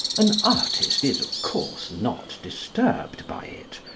an artist is, of course, not disturbed by it.